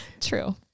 True